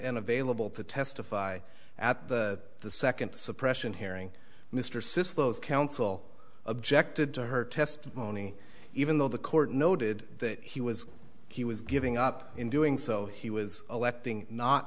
and available to testify at the the second suppression hearing mr since those counsel objected to her testimony even though the court noted that he was he was giving up in doing so he was electing not